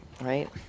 Right